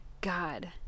God